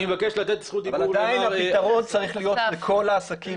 עדיין העסקים צריך להיות לכל העסקים.